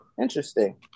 Interesting